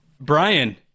Brian